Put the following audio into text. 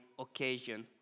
occasion